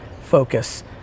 focus